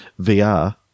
VR